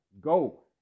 go